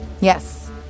Yes